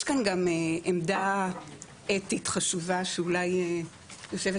יש כאן גם עמדה אתית חשובה שאולי יושבת